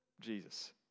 Jesus